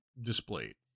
displayed